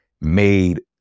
made